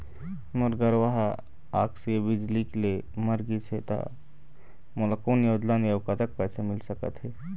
मोर गरवा हा आकसीय बिजली ले मर गिस हे था मोला कोन योजना ले अऊ कतक पैसा मिल सका थे?